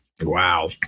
Wow